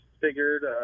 figured